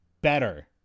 better